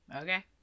Okay